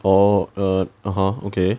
orh err (uh huh) okay